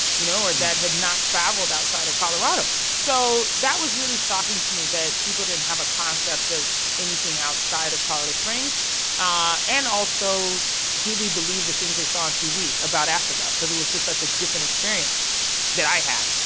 you know, or that had not traveled outside of colorado. so that was really shocking to me that people didn't have a concept of anything outside of colorado springs ah and also really believed the things they saw on tv about africa because it was just such a different experience that i had,